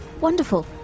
wonderful